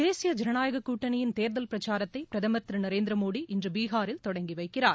தேசிய ஜனநாயக கூட்டணியின் தேர்தல் பிரச்சாரத்தை பிரதமர் திரு நரேந்திர மோடி இன்று பீகாரில தொடஙகி வைக்கிறார்